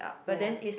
ya